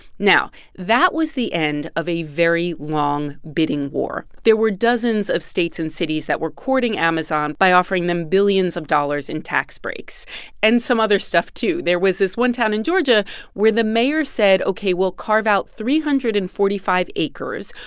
now, that was the end of a very long bidding war. there were dozens of states and cities that were courting amazon by offering them billions of dollars in tax breaks and some other stuff, too. there was this one town in georgia where the mayor said, ok, we'll carve out three hundred and forty five acres,